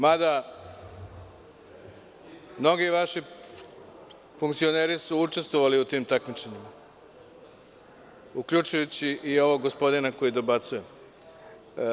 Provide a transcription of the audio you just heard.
Mada, mnogi vaši funkcioneri su učestvovali u tim takmičenjima, uključujući i gospodina koji dobacuje.